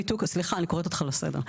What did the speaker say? סליחה אני קוראת אותך לסדר.